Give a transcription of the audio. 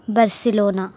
Barcelona